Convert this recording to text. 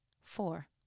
Four